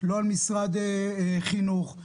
לא על משרד החינוך,